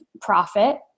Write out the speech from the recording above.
profit